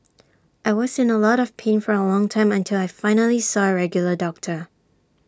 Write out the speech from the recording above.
I was in A lot of pain for A long time until I finally saw A regular doctor